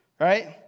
right